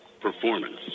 performance